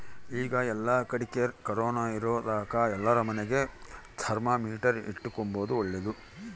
ಈಗ ಏಲ್ಲಕಡಿಗೆ ಕೊರೊನ ಇರೊದಕ ಎಲ್ಲಾರ ಮನೆಗ ಥರ್ಮಾಮೀಟರ್ ಇಟ್ಟುಕೊಂಬದು ಓಳ್ಳದು